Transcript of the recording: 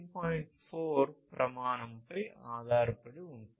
4 ప్రమాణంపై ఆధారపడి ఉంటుంది